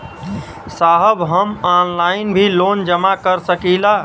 साहब हम ऑनलाइन भी लोन जमा कर सकीला?